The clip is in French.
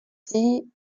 die